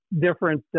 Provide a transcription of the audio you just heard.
different